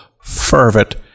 fervent